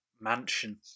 mansion